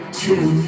two